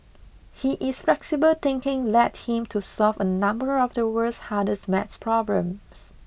he is flexible thinking led him to solve a number of the world's hardest math problems